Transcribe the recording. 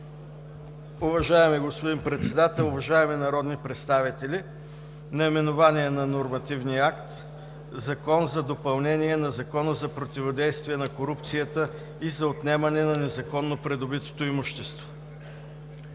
Уважаеми господин Председател, уважаеми народни представители! Наименование на нормативния акт: „Закон за допълнение на Закона за противодействие на корупцията и за отнемане на незаконно придобитото имущество“.